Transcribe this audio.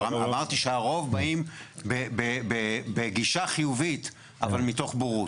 אמרתי שהרוב באים בגישה חיובית, אבל מתוך בורות.